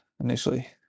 initially